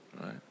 right